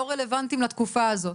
לא רלוונטיים לתקופה הזאת.